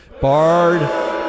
Bard